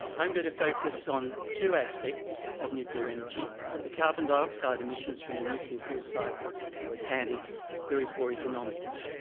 i'm going to focus on two aspects of nuclear energy the carbon dioxide emissions from the nuclear fuel cycle and its very poor economics.